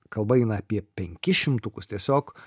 kalba eina apie penkis šimtukus tiesiog